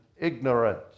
ignorance